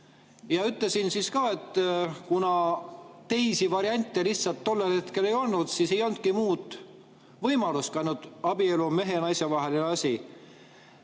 Ütlesin siis ka, et kuna teisi variante lihtsalt tollel hetkel ei olnud, siis ei olnudki muud võimalust, kui et abielu on mehe ja naise vaheline asi.